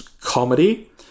comedy